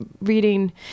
reading